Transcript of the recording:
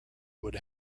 would